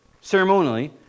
ceremonially